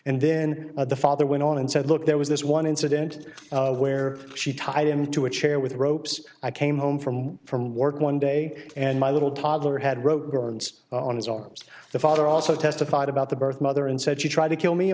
and then the father went on and said look there was this one incident where she tied him to a chair with ropes i came home from from work one day and my little toddler had wrote on his arms the father also testified about the birth mother and said she tried to kill me